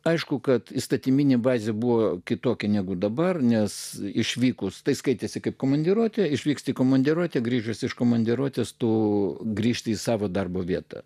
aišku kad įstatyminė bazė buvo kitokia negu dabar nes išvykus tai skaitėsi kaip komandiruotė išvyksti į komandiruotę grįžęs iš komandiruotės tu grįžti į savo darbo vietą